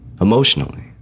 emotionally